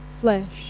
flesh